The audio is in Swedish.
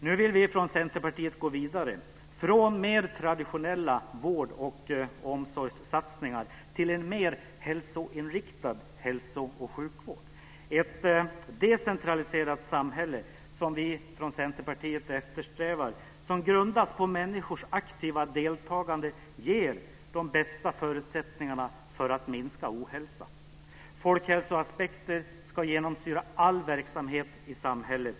Nu vill vi från Centerpartiet gå vidare från mer traditionella vård och omsorgssatsningar till en mer hälsoinriktad hälso och sjukvård. Ett decentraliserat samhälle, som vi från Centerpartiet eftersträvar, som grundas på människors aktiva deltagande, ger de bästa förutsättningarna för att minska ohälsa. Folkhälsoaspekter ska genomsyra all verksamhet i samhället.